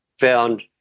found